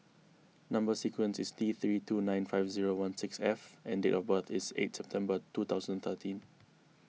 Number Sequence is T three two nine five zero one six F and date of birth is eight September two thousand and thirteen